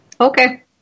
Okay